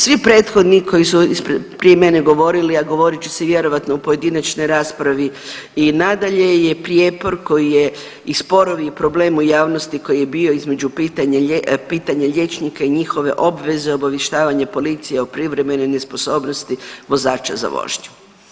Svi prethodni koji su ispred prije mene govorili, a govorit će se vjerojatno u pojedinačnoj raspravi i nadalje je prijepor koji je i sporovi i problem u javnosti koji je bio između pitanja liječnika i njihove obveze obavještavanje policije o privremenoj nesposobnosti vozača za vožnju.